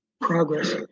progress